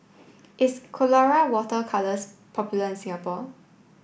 is Colora water colours popular in Singapore